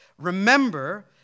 Remember